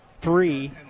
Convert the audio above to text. three